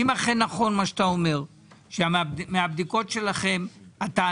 אם אכן נכון מה שאתה אומר שמהבדיקות שלכם הטענות